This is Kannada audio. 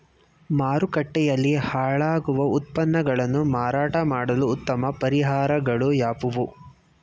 ಮಾರುಕಟ್ಟೆಯಲ್ಲಿ ಹಾಳಾಗುವ ಉತ್ಪನ್ನಗಳನ್ನು ಮಾರಾಟ ಮಾಡಲು ಉತ್ತಮ ಪರಿಹಾರಗಳು ಯಾವುವು?